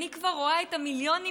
אני כבר רואה את המיליונים,